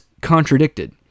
contradicted